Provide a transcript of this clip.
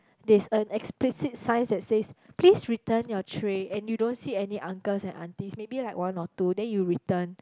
there's an explicit sign that says please return your tray and you don't see any uncles and aunties maybe like one or two then you return